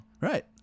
right